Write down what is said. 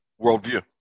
worldview